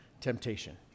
temptation